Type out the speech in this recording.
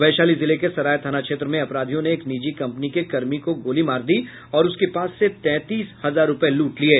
वैशाली जिले के सराय थाना क्षेत्र में अपराधियों ने एक निजी कम्पनी के कर्मी को गोली मार दी और उसके पास से तैंतीस हजार रूपये लूट लिये